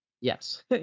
yes